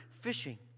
fishing